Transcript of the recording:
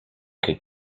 could